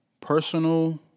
personal